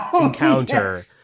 encounter